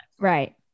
Right